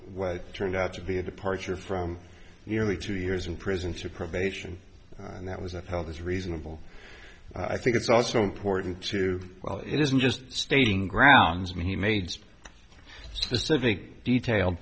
what turned out to be a departure from nearly two years in prison for probation and that was upheld as reasonable i think it's also important to well it isn't just stating grounds and he made specific detailed